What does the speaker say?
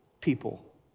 people